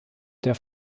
der